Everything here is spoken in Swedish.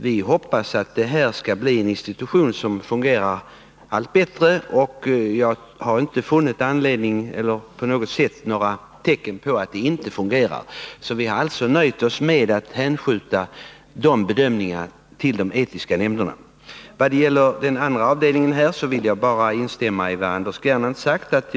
Vi hoppas att det skall bli institutioner som fungerar allt bättre. Och jag har inte funnit tecken på att de inte fungerar. Vi har alltså nöjt oss med att hänskjuta de bedömningarna till de etiska nämnderna. När det gäller den andra avdelningen vill jag bara instämma i vad Anders Gernandt har sagt.